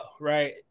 right